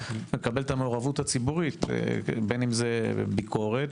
ולקבל את המעורבות הציבורית בין אם זה ביקורת,